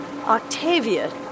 Octavia